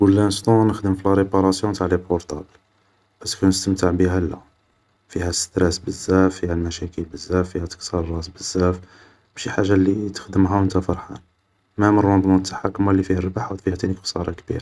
بور لانستون نخدم في لارباراسيون تاع لي بورطابل, ايسكو نستمتع فيها ؟ لا, فيها ستراس بزاف, فيها المشاكل بزاف, فيها تكسار الراس بزاف, ماشي حاجة اللي تخدمها و نتا فرحان, مام روندمون تاعها كيما اللي فيه ربح فيه خسارة كبيرة